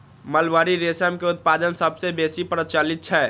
mulberry रेशम के उत्पादन सबसं बेसी प्रचलित छै